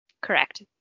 Correct